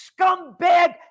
scumbag